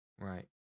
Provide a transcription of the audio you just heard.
Right